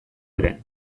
ere